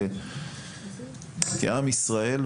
כעם ישראל,